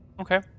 Okay